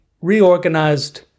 reorganized